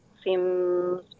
seems